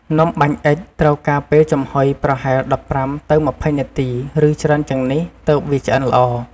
នំបាញ់អុិចត្រូវការពេលចំហុយប្រហែល ១៥ទៅ២០ នាទី ឬ ច្រើនជាងនេះ ទើបវាឆ្អិនល្អ។